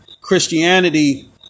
Christianity